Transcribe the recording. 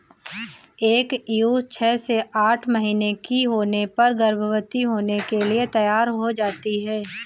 एक ईव छह से आठ महीने की होने पर गर्भवती होने के लिए तैयार हो जाती है